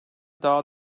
daha